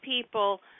people